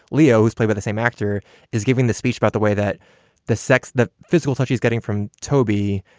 ceos play by the same actor is giving the speech about the way that the sex, the fiscal thought she's getting from toby,